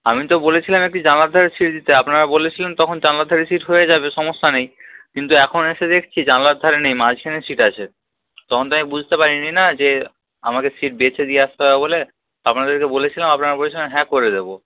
আমি তো বলেছিলাম একটি জানালার ধারে সিট দিতে আপনারা বলেছিলেন তখন জানালার ধারে সিট হয়ে যাবে সমস্যা নেই কিন্তু এখন এসে দেখছি জানালার ধারে নেই মাঝখানে সিট আছে তখন তো আমি বুঝতে পারিনি না যে আমাকে সিট বেছে দিয়ে আসতে হবে বলে আপনাদেরকে বলেছিলাম আপনারা বলেছিলেন হ্যাঁ করে দেবো